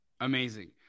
Amazing